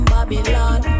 Babylon